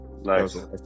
Nice